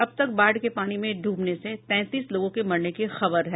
अब तक बाढ़ के पानी में डूबने से तैंतीस लोगों के मरने की खबर है